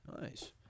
Nice